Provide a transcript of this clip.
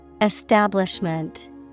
Establishment